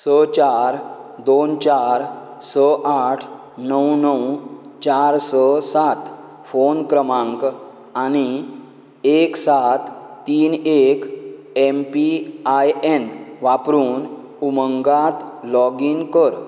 स चार दोन चार स आठ णव णव चार स सात फोन क्रमांक आनी एक सात तीन एक एम पी आय एन वापरून उमंगात लॉगीन कर